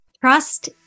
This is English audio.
Trust